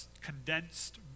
condensed